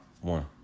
one